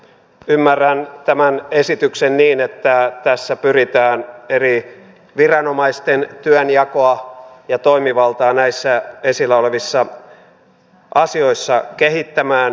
ymmärrän tämän esityksen niin että tässä pyritään eri viranomaisten työnjakoa ja toimivaltaa näissä esillä olevissa asioissa kehittämään